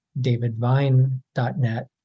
davidvine.net